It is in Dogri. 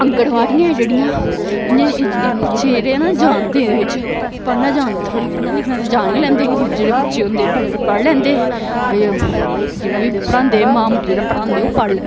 आंगनबाड़ियां जेह्ड़ियां इयां बच्चे जेह्ड़े न जानदे एह्दे बिच्च पढ़ना जान पढ़ना लिखना ते जान गै लैंदे गरीब जेह्ड़े बच्चे होंदे पढ़ लैंदे जेह्ड़ा बी पढ़ांदे मामूली जेह्ड़ा पढ़ांदे ओह् पढ़न